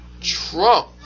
Trump